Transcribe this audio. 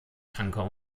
tanker